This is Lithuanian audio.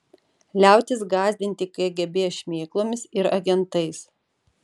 liautis gąsdinti kgb šmėklomis ir agentais